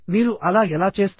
మీరు అలా ఎలా చేస్తారు